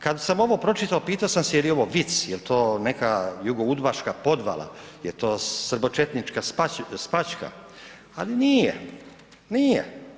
Kada sam ovo pročitao pitao sam jeli ovo vic, jeli to neka jugoudbaška podvala, jel to srbočetnika spačka, ali nije, nije.